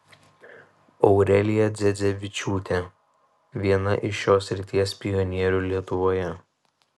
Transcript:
aurelija dzedzevičiūtė viena iš šios srities pionierių lietuvoje